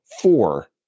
Four